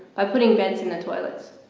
by putting beds in the toilets.